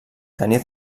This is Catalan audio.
tenia